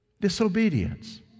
Disobedience